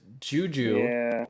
Juju